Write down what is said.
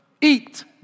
Eat